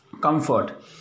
comfort